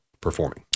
performing